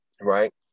right